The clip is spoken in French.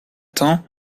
temps